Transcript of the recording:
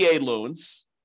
loans